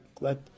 let